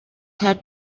had